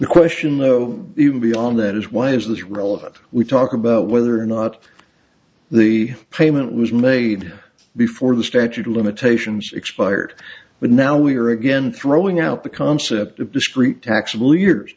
the question though even beyond that is why is this relevant we talk about whether or not the payment was made before the statute of limitations expired but now we are again throwing out the concept of discrete taxable years